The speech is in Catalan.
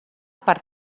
per